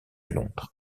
londres